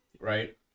right